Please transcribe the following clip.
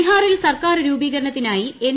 ബിഹാറിൽ സർക്കാർ രൂപീകരണത്തിനായി എൻ